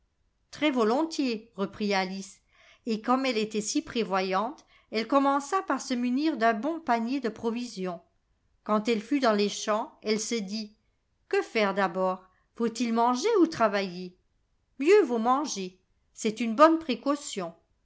très-volontiers reprit alice et comme elle était si prévoyante elle commença par se munir d'un bon panier de provisions quand elle fut dans les champs elle se dit que faire d'abord faut-il manger ou travailler mieux vaut manger c'est une bonne précaution